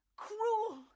cruel